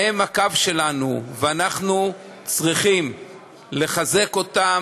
הם הקו שלנו, ואנחנו צריכים לחזק אותם,